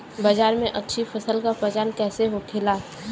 बाजार में अच्छी फसल का पहचान कैसे होखेला?